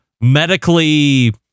medically